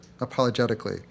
apologetically